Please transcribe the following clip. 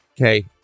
Okay